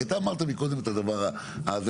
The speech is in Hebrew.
כי אתה אמרת מקודם את הדבר הזה,